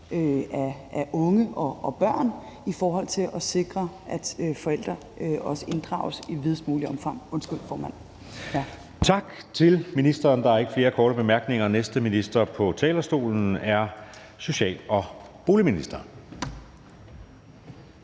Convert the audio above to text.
af unge og børn, i forhold til at sikre, at forældrene også inddrages i videst muligt omfang. Kl. 14:32 Anden næstformand (Jeppe Søe): Tak til ministeren. Der er ikke flere korte bemærkninger. Næste minister på talerstolen er social- og boligministeren.